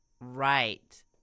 right